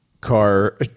car